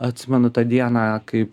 atsimenu tą dieną kaip